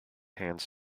hands